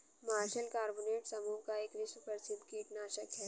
martial carbonate समूह का एक विश्व प्रसिद्ध कीटनाशक है